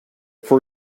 for